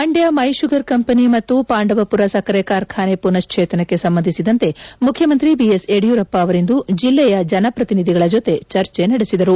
Mandya my sugar company ಮತ್ತು ಪಾಂಡವಪುರ ಸಕ್ಕರೆ ಕಾರ್ಖಾನೆ ಪುನಶ್ವೇತನಕ್ಕೆ ಸಂಬಂಧಿಸಿದಂತೆ ಮುಖ್ಯಮಂತ್ರಿ ಬಿಎಸ್ ಯಡಿಯೂರಪ್ಪ ಅವರಿಂದು ಜಿಲ್ಲೆಯ ಜನಪ್ರತಿನಿಧಿಗಳ ಜೊತೆಗೆ ಚರ್ಚೆ ನಡೆಸಿದರು